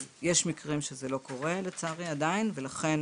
יש מקרים שזה לא קורה, לצערי, עדין, ולכן